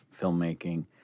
filmmaking